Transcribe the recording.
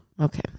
Okay